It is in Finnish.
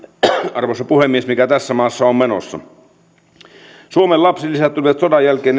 arvoisa puhemies mikä tässä maassa on menossa suomeen lapsilisät tulivat sodan jälkeen